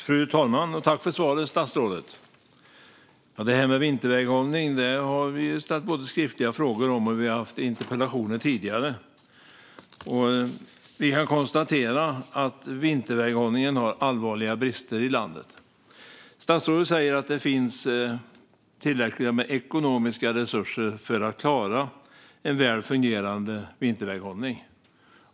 Fru talman! Tack för svaret, statsrådet! Det här med vinterväghållning har vi ställt både skriftliga frågor och interpellationer om tidigare. Vi kan konstatera att vinterväghållningen i landet har allvarliga brister. Statsrådet säger att det finns tillräckligt med ekonomiska resurser för att klara en väl fungerande vinterväghållning.